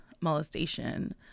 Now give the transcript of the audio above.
molestation